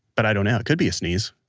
but i don't know. it could be a sneeze.